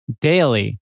daily